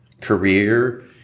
career